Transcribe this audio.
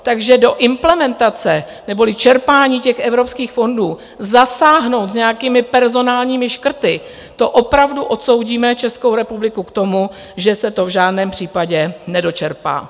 Takže do implementace neboli čerpání těch evropských fondů zasáhnout s nějakými personálními škrty, to opravdu odsoudíme Českou republiku k tomu, že se to v žádném případě nedočerpá.